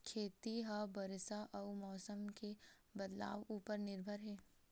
खेती हा बरसा अउ मौसम के बदलाव उपर निर्भर हे